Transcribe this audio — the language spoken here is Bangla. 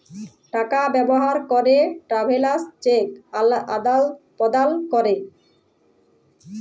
টাকা ব্যবহার ক্যরে ট্রাভেলার্স চেক আদাল প্রদালে ক্যরে